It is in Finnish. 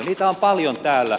niitä on paljon täällä